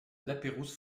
lapeyrouse